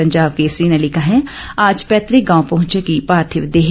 पंजाब केसरी ने लिखा है आज पैतक गांव पहंचेगी पार्थिव देह